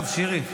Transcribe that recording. שירי,